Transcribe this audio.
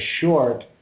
short